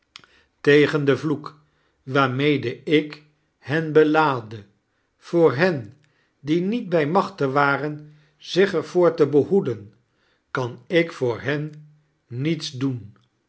tegen den vloek waarmede ik hen belaadde voor hen die niet brj machte waren zich er voor te behoeden kan ik voor hen niets doen